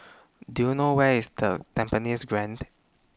Do YOU know Where IS The Tampines Grande